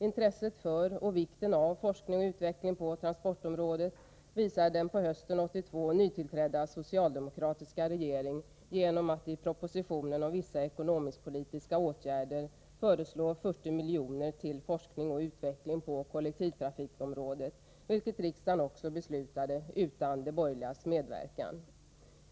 Intresset för och vikten av forskning och utveckling på transportområdet visade den på hösten 1982 nytillträdda socialdemokratiska regeringen genom att i propositionen om Vissa ekonomiskpolitiska åtgärder föreslå 40 milj.kr. till forskning och utveckling på kollektivtrafikområdet, vilket riksdagen också fattade beslut om utan de borgerligas medverkan.